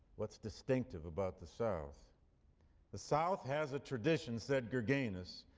what's distinctive about the south the south has a tradition, said gurganus,